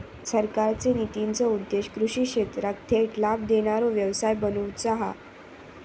सरकारचे नितींचो उद्देश्य कृषि क्षेत्राक थेट लाभ देणारो व्यवसाय बनवुचा हा